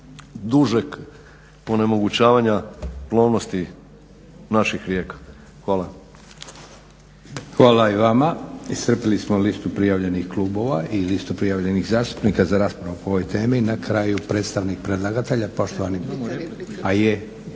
dužeg onemogućavanja plovnosti naših rijeka. Hvala. **Leko, Josip (SDP)** Hvala i vama. Iscrpili smo listu prijavljenih klubova i listu prijavljenih zastupnika za raspravu o ovoj temi. Na kraju predstavnik predlagatelja poštovani,